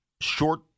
short